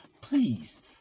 please